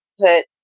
put